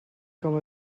com